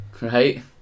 Right